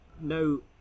No